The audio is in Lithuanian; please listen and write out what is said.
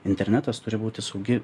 internetas turi būti saugi